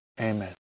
Amen